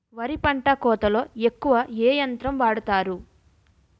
వరి పంట కోతలొ ఎక్కువ ఏ యంత్రం వాడతారు?